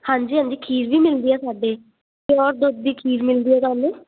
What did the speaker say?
ਹਾਂਜੀ ਹਾਂਜੀ ਖੀਰ ਵੀ ਮਿਲਦੀ ਆ ਸਾਡੇ ਪਿਓਰ ਦੁੱਧ ਦੀ ਖੀਰ ਮਿਲਦੀ ਆ ਥਾਨੂੰ